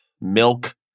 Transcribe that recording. Milk